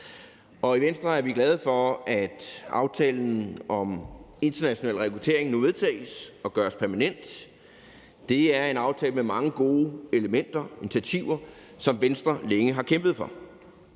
i Venstre er vi glade for, at aftalen om international rekruttering nu vedtages og gøres permanent. Det er en aftale med mange gode elementer og initiativer, som Venstre længe har kæmpet for.